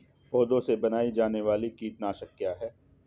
पौधों से बनाई जाने वाली कीटनाशक क्या है?